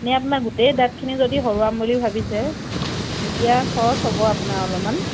নে আপোনাৰ গোটেই দাঁতখিনি যদি সৰোৱাম বুলি ভাবিছে তেতিয়া খৰচ হ'ব আপোনাৰ অলপমান